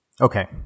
Okay